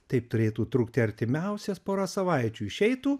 taip turėtų trukti artimiausias porą savaičių išeitų